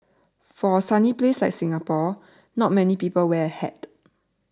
for a sunny place like Singapore not many people wear a hat